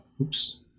oops